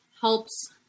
helps